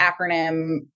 acronym